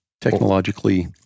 technologically